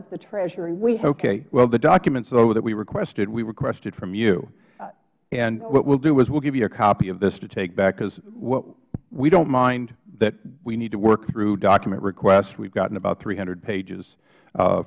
issa okay well the documents though that we requested we requested from you and what we will do is we will give you a copy of this to take back because what we don't mind that we need to work through document requests we have gotten about three hundred pages